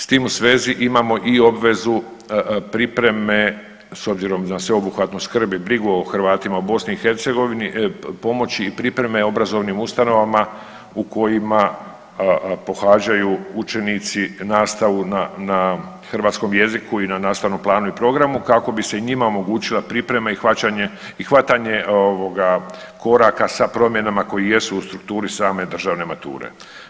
S tim u svezi imamo i obvezu pripreme s obzirom na sveobuhvatnost skrbi brigu o Hrvatima u BiH, pomoći i pripreme obrazovnim ustanovama u kojima pohađaju učenici nastavu na, na hrvatskom jeziku i na nastavnom planu i programu kako bi se i njima omogućila priprema i hvaćanje, i hvatanje ovoga koraka sa promjenama koje jesu u strukturi same državne mature.